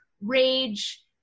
rage